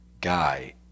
guy